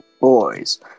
Boys